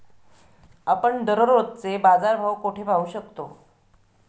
आपण दररोजचे बाजारभाव कोठे पाहू शकतो?